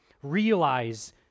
realize